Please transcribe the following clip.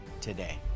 today